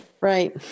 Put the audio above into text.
right